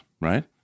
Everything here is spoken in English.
right